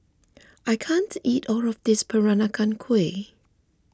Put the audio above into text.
I can't eat all of this Peranakan Kueh